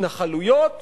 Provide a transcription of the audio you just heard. התנחלויות